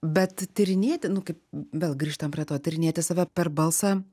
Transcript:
bet tyrinėti nu kaip vėl grįžtam prie to tyrinėti save per balsą